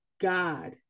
God